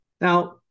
Now